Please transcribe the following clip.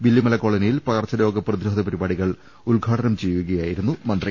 വില്ലു മല കോളനിയിൽ പകർച്ചരോഗ പ്രതിരോധ്യ പ്രിപാടികൾ ഉദ്ഘാടനം ചെയ്യുകയായിരുന്നു മന്ത്രി